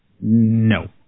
No